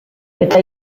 eta